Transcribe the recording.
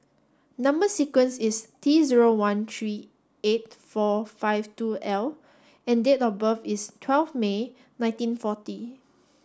number sequence is T zero one three eight four five two L and date of birth is twelve May nineteen forty